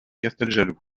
casteljaloux